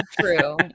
true